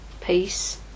Peace